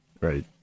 Right